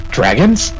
Dragons